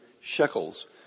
shekels